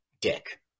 dick